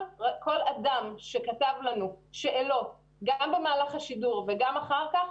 כל אדם שכתב לנו שאלות גם במהלך השידור וגם אחר כך,